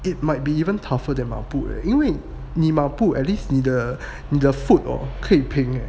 it might be even tougher than 马步 leh 因为你马步 at least 你的 foot err 可以平